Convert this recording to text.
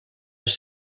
les